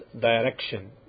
direction